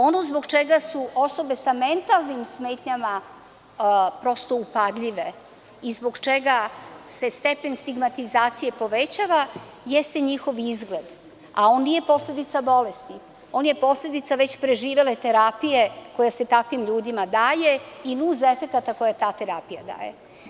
Ono zbog čega su osobe sa mentalnim smetnjama upadljive i zbog čega se stepen stigmatizacije povećava jeste njihov izgled, a on nije posledica bolesti, on je posledica već preživele terapije koja se takvim ljudima daje i nuns efekata koje ta terapija daje.